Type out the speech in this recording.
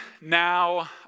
now